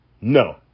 no